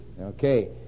Okay